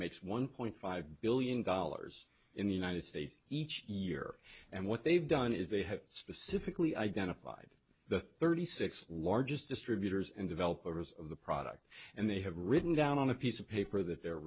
makes one point five billion dollars in the united states each year and what they've done is they have specifically identified the thirty six largest distributors and developers of the product and they have written down on a piece of paper that they're